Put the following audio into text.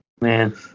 man